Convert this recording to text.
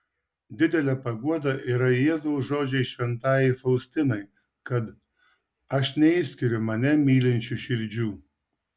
didelė paguoda yra jėzaus žodžiai šventajai faustinai kad aš neišskiriu mane mylinčių širdžių